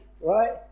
right